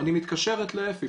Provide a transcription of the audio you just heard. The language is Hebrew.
אני מתקשרת לאפי.